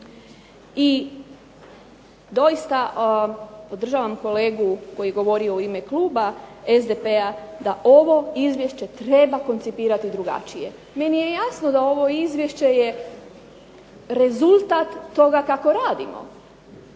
I doista podržavam kolegu koji je govorio u ime kluba SDP-a da ovo izvješće treba koncipirati drugačije. Meni je jasno da ovo izvješće je rezultat toga kako radimo.